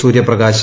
Suryaprakash